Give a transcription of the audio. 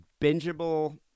bingeable